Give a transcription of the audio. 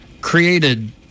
created –